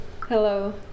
Hello